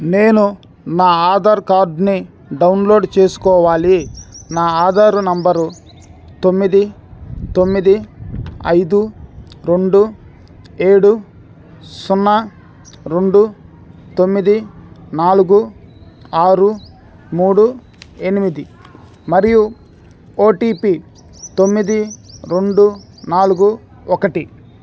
నేను నా ఆధార్ కార్డ్ని డౌన్లోడ్ చేసుకోవాలి నా ఆధారు నంబరు తొమ్మిది తొమ్మిది ఐదు రెండు ఏడు సున్నా రెండు తొమ్మిది నాలుగు ఆరు మూడు ఎనిమిది మరియు ఓటిపి తొమ్మిది రెండు నాలుగు ఒకటి